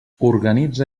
organitza